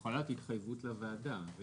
היא יכולה כהתחייבות לוועדה.